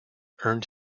earned